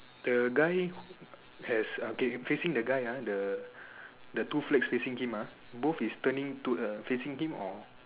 the guy has okay facing the guy ah the the two flags facing him ah both is turning to uh facing him or